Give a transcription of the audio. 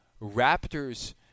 raptors